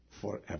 forever